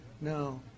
No